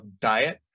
diet